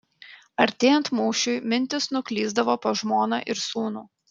artėjant mūšiui mintys nuklysdavo pas žmoną ir sūnų